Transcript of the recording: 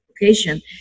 location